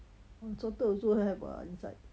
unsalted also have [what] inside